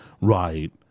right